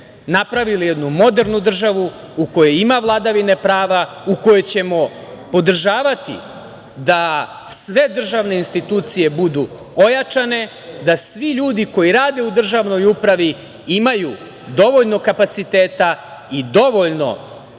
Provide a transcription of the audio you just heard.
napravili jednu modernu državu u kojoj ima vladavine prava, u kojoj ćemo podržavati da sve državne institucije budu ojačane, da svi ljudi koji rade u državnoj upravi imaju dovoljno kapaciteta i dovoljno